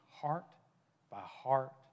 heart-by-heart